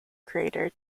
crater